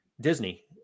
disney